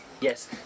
yes